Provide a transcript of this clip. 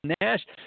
Nash